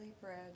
bread